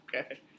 okay